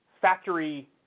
factory